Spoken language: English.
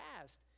past